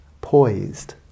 poised